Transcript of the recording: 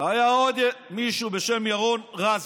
היה עוד מישהו בשם ירון רז,